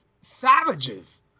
savages